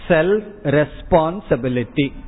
Self-Responsibility